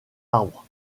arbre